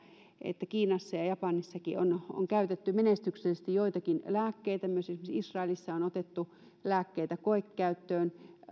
että kiinassa ja japanissakin on käytetty menestyksellisesti joitakin lääkkeitä ja myös esimerkiksi israelissa on otettu lääkkeitä koekäyttöön